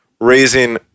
Raising